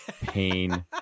pain